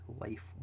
life